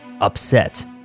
upset